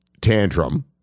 tantrum